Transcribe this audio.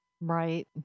Right